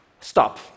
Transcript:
stop